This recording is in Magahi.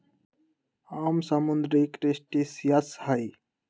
आम समुद्री क्रस्टेशियंस हई